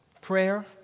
Prayer